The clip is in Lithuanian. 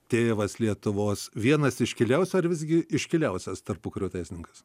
tėvas lietuvos vienas iškiliausių ar visgi iškiliausias tarpukario teisininkas